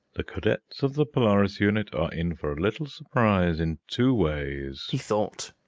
the cadets of the polaris unit are in for a little surprise in two ways, he thought.